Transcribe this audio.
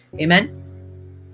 amen